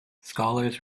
scholars